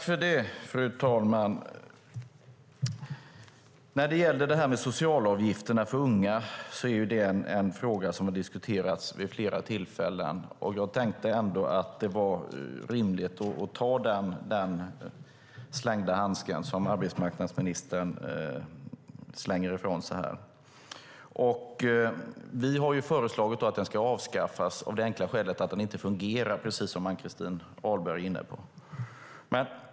Fru talman! De sänkta socialavgifterna för unga är en fråga som har diskuterats vid flera tillfällen. Jag tänkte ändå att det var rimligt att ta upp den handske som arbetsmarknadsministern här slänger ifrån sig. Vi har föreslagit att de ska avskaffas av det enkla skälet att de inte fungerar, som Ann-Christin Ahlberg var inne på. Fru talman!